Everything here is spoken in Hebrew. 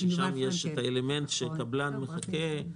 ששם יש את האלמנט שקבלן מחכה.